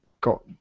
got